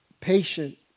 Patient